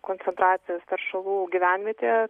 koncentracijas teršalų gyvenvietėje